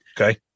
Okay